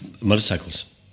motorcycles